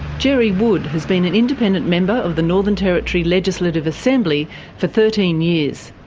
gerry wood has been an independent member of the northern territory legislative assembly for thirteen years.